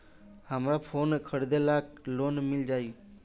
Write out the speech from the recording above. हमरा फोन खरीदे ला लोन मिल जायी?